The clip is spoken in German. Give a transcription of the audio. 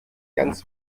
ganz